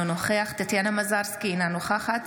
אינו נוכח טטיאנה מזרסקי, אינה נוכחת